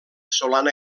solana